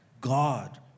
God